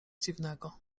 dziwnego